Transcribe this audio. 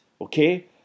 Okay